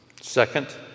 Second